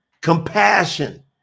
compassion